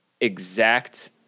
exact